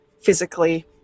physically